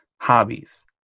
hobbies